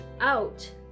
out